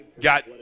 got